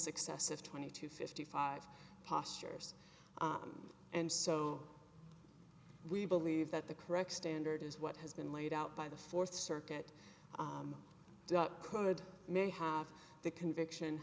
successive twenty to fifty five postures and so we believe that the correct standard is what has been laid out by the fourth circuit judge could may have the conviction